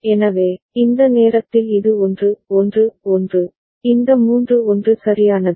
எனவே இந்த நேரத்தில் இது 1 1 1 இந்த மூன்று ஒன்று சரியானது